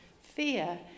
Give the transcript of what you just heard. Fear